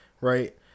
right